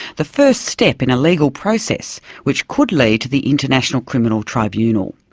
the first step in a legal process which could lead to the international criminal tribunal.